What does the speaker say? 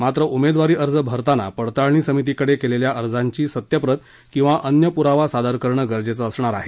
मात्र उमेदवारी अर्ज भरताना पडताळणी समितीकडे केलेल्या अर्जांची सत्यप्रत किंवा अन्य पुरावा सादर करणं गरजेचं असणार आहे